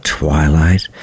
twilight